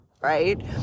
right